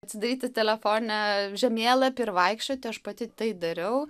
atsidaryti telefone žemėlapį ir vaikščioti aš pati tai dariau